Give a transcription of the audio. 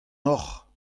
hocʼh